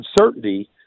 uncertainty